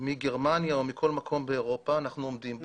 מאשר בגרמניה או מכל מקום באירופה ואנחנו עומדים בזה.